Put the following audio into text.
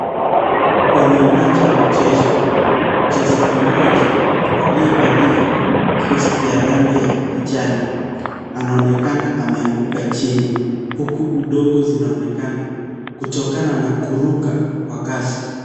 Kwenye uwanja wa mchezo, mchzaji mmoja aliyevalia vesti ya rangi ya kijani anaonekana ameanguka chini huku udongo zinaonekana kutokana na kuruka kwa kasi.